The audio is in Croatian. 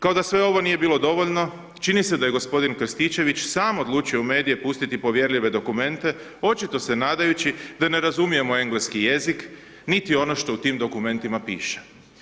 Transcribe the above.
Kao da sve ovo nije bilo dovoljno, čini mi se da je g. Krstičević, sam odlučio u medije pustiti povjerljive dokumente očito se nadajući da ne razumijemo engleski jezik, niti ono što u tim dokumentima piše.